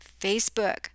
Facebook